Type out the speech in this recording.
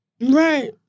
Right